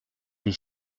des